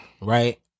right